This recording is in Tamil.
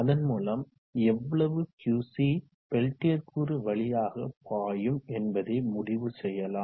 அதன்மூலம் எவ்வளவு QC பெல்டியர் கூறு வழியாக பாயும் என்பதை முடிவு செய்யலாம்